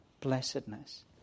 blessedness